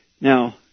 now